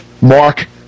Mark